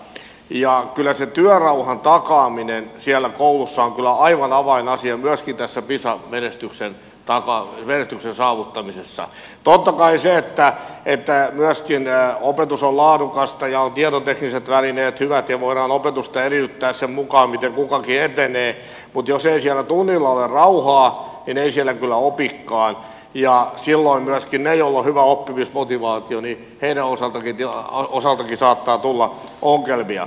ja kyllä se työrauhan takaaminen siellä koulussa on aivan avainasia myöskin pisa menestyksen saavuttamisessa ja totta kai se että opetus on laadukasta ja tietotekniset välineet ovat hyvät ja voidaan opetusta eriyttää sen mukaan miten kukakin etenee mutta jos ei siellä tunnilla ole rauhaa niin ei siellä kyllä opikaan ja silloin myöskin niidenkin osalta joilla on hyvä oppimismotivaatio saattaa tulla ongelmia